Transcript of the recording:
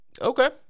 Okay